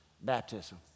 baptism